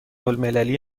الملی